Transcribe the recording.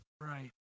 right